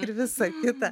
ir visa kita